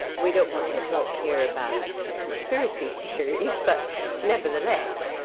we don't want to talk here about conspiracy theories, but nevertheless,